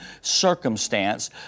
circumstance